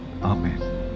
Amen